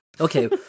Okay